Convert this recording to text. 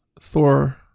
Thor